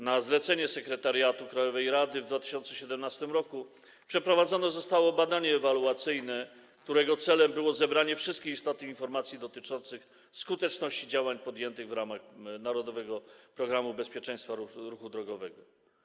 Na zlecenie sekretariatu krajowej rady w 2017 r. przeprowadzone zostało badanie ewaluacyjne, którego celem było zebranie wszystkich istotnych informacji dotyczących skuteczności działań podjętych w ramach „Narodowego programu bezpieczeństwa ruchu drogowego”